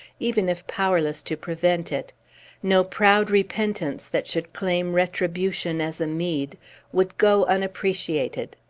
even if powerless to prevent it no proud repentance that should claim retribution as a meed would go unappreciated.